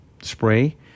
spray